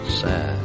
sad